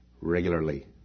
regularly